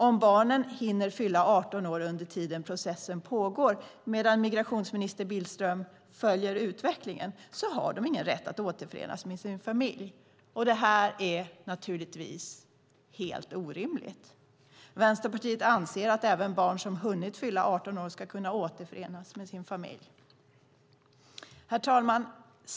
Om barnen hinner fylla 18 år under tiden processen pågår, medan migrationsminister Billström följer utvecklingen, har de ingen rätt att återförenas med sin familj. Detta är helt orimligt. Vänsterpartiet anser att även barn som hunnit fylla 18 år ska kunna återförenas med sin familj. Herr talman!